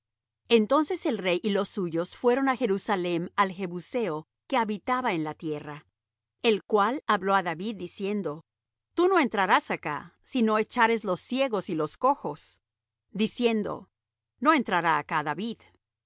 entonces el rey y los suyos fueron á jerusalem al jebuseo que habitaba en la tierra el cual habló á david diciendo tú no entrarás acá si no echares los ciegos y los cojos diciendo no entrará acá david